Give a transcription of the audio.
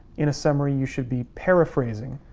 in a summary, you should be paraphrasing,